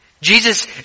Jesus